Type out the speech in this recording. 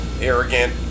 arrogant